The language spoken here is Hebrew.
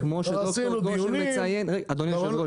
כבר עשינו דיונים -- אדוני היושב ראש.